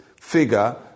figure